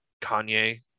Kanye